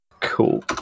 Cool